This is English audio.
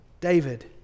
David